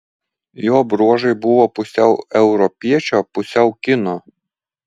jo bruožai buvo pusiau europiečio pusiau kino